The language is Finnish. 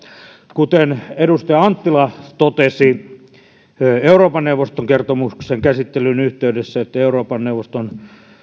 kuten edustaja anttila totesi euroopan neuvoston kertomuksen käsittelyn yhteydessä euroopan neuvoston